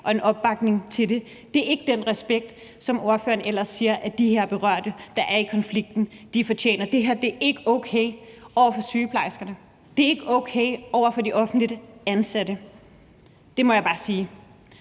og med opbakning til det. Det er ikke den respekt, som ordføreren ellers siger at de her berørte, der er i konflikten, fortjener. Det her er ikke okay over for sygeplejerskerne. Det er ikke okay over for de offentligt ansatte. Det må jeg bare sige.